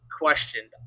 questioned